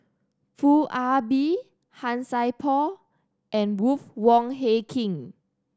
Foo Ah Bee Han Sai Por and Ruth Wong Hie King